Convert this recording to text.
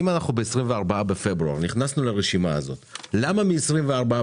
אם ב-24.2 נכנסנו לרשימה הזאת למה מ-24.2